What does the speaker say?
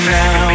now